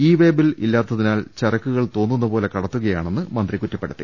E way bill ഇല്ലാത്തതിനാൽ ചരക്കുകൾ തോന്നുന്നപോലെ കടത്തുകയാ ണെന്നും മന്ത്രി കുറ്റപ്പെടുത്തി